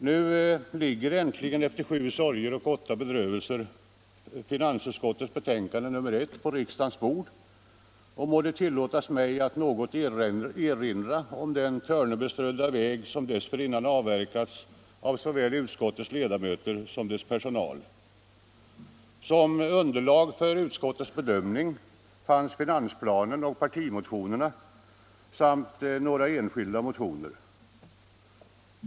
Nu ligger äntligen — efter sju sorger och åtta bedrövelser — finansutskottets betänkande nr 1 på riksdagens bord, och må dét tillåtas mig att något erinra om den törnebeströdda väg som dessförinnan avverkats av såväl utskottets ledamöter som dess personal. Som underlag för utskottets bedömning fanns finansplanen och partimotionerna samt några enskilda motioner.